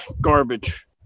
garbage